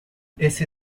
ese